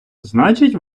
значить